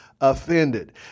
offended